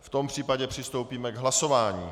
V tom případě přistoupíme k hlasování.